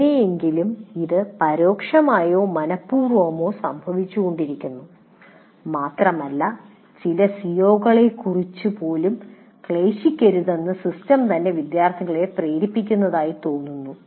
എങ്ങനെയെങ്കിലും ഇത് പരോക്ഷമായോ മനപൂർവ്വമോ സംഭവിച്ചുകൊണ്ടിരിക്കുന്നു മാത്രമല്ല ചില സിഒകളെക്കുറിച്ച് പോലും ക്ലേശിക്കരുതെന്ന് സിസ്റ്റം തന്നെ വിദ്യാർത്ഥികളെ പ്രേരിപ്പിക്കുന്നതായി തോന്നുന്നു